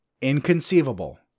Inconceivable